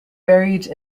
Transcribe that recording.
buried